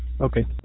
Okay